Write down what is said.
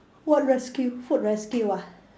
what rescue food rescue ah